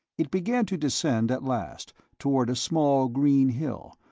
it began to descend, at last, toward a small green hill,